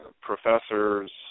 professors